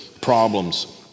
problems